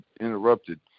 interrupted